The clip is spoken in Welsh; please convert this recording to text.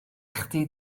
chdi